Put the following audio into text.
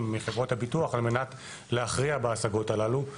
בעקבות הביטוח על מנת להכריע בהשגות הללו.